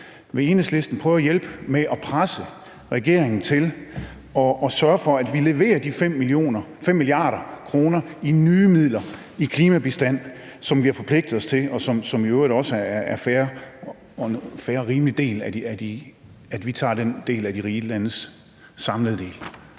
Vil Enhedslisten prøve at hjælpe med at presse regeringen til at sørge for, at vi leverer de 5 mia. kr. i nye midler i klimabistand, som vi har forpligtet os til, og som i øvrigt også er en fair og rimelig del af de rige landes samlede